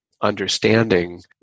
understanding